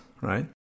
right